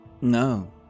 No